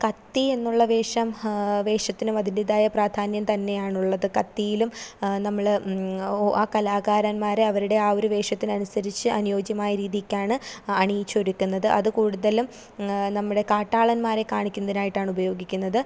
കത്തിയെന്നുള്ള വേഷം വേഷത്തിനും അതിൻറ്റേതായ പ്രാധാന്യം തന്നെയാണുള്ളത് കത്തിയിലും നമ്മൾ ഓ ആ കലാകാരന്മാരെ അവരുടെ ആ ഒരു വേഷത്തിനനുസരിച്ച് അനുയോജ്യമായ രീതിക്കാണ് അണിയിച്ചൊരുക്കുന്നത് അത് കൂടുതലും നമ്മുടെ കാട്ടാളന്മാരെ കാണിക്കുന്നതിനായിട്ടാണ് ഉപയോഗിക്കുന്നത്